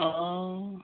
অ